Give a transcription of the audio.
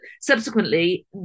subsequently